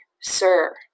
sir